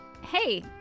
hey